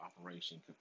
operation